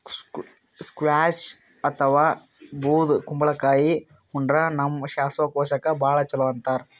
squash ಅಥವಾ ಬೂದ್ ಕುಂಬಳಕಾಯಿ ಉಂಡ್ರ ನಮ್ ಶ್ವಾಸಕೋಶಕ್ಕ್ ಭಾಳ್ ಛಲೋ ಅಂತಾರ್